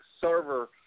server